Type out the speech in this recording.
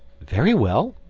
very well,